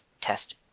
test